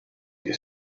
che